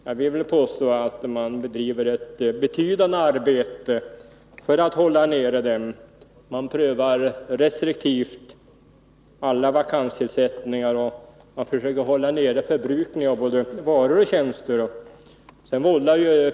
Jag vill påstå att man bedriver ett betydande arbete för att hålla nere kostnaderna. Man prövar restriktivt alla vakanstillsättningar, och man försöker hålla nere förbrukningen av både varor och tjänster.